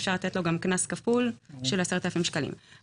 אפשר גם לתת לו קנס כפול של 10,000 שקלים נ.ר).